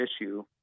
issue